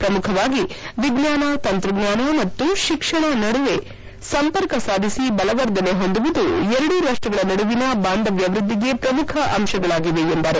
ಶ್ರಮುಖವಾಗಿ ವಿಜ್ಞಾನ ತಂತ್ರಜ್ಞಾನ ಮತ್ತು ಶೀಕ್ಷಣ ನಡುವೆ ಸಂಪರ್ಕ ಸಾಧಿಸಿ ಬಲವರ್ಧನೆ ಹೊಂದುವುದು ಎರಡೂ ರಾಷ್ಟಗಳ ನಡುವಿನ ಬಾಂಧವ್ಯ ವೃದ್ವಿಗೆ ಪ್ರಮುಖ ಅಂಶಗಳಾಗಿವೆ ಎಂದರು